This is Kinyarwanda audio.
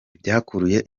byakuruye